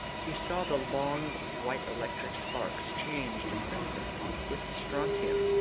he saw the long white electric sparks change to crimson with the strontium,